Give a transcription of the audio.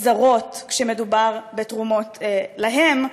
זרות כשמדובר בתרומות להם,